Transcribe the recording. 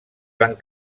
van